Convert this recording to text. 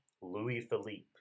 Louis-Philippe